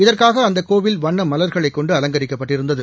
இதற்காகஅந்தகோவில் பூஜைகள் வண்ணமலர்களைகொண்டு அலங்கரிக்கப்பட்டிருந்தது